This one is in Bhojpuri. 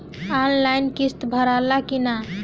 आनलाइन किस्त भराला कि ना?